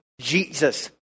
Jesus